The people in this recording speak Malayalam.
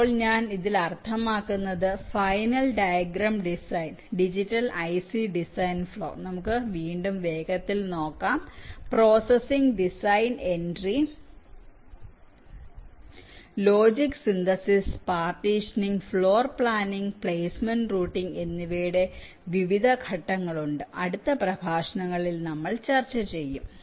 ഇപ്പോൾ ഇതിൽ ഞാൻ അർത്ഥമാക്കുന്നത് final diagram design digital IC design flow നമുക്ക് വീണ്ടും വേഗത്തിൽ നോക്കാം processing design entry logic synthesis partitioning floor planning placement routing എന്നിവയുടെ വിവിധ ഘട്ടങ്ങളുണ്ട് അടുത്ത പ്രഭാഷണങ്ങളിൽ നമ്മൾ ചർച്ച ചെയ്യും